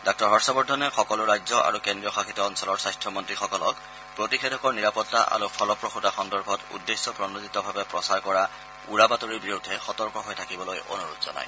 ডাঃ হৰ্যবৰ্ধনে সকলো ৰাজ্য আৰু কেন্দ্ৰীয় শাসিত অঞ্চলৰ স্বাস্থ্যমন্ত্ৰীসকলক প্ৰতিষেধকৰ নিৰাপত্তা আৰু ফলপ্ৰসূতা সন্দৰ্ভত উদ্দেশ্য প্ৰণোদিতভাৱে প্ৰচাৰ কৰা উৰা বাতৰিৰ বিৰুদ্ধে সতৰ্ক হৈ থাকিবলৈ অনুৰোধ জনায়